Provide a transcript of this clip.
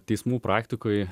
teismų praktikoj